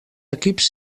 equips